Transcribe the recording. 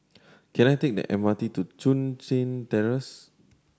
can I take the M R T to Chun Tin Terrace